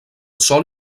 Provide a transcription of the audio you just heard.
sòl